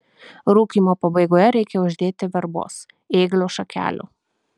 rūkymo pabaigoje reikia uždėti verbos ėglio šakelių